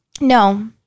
No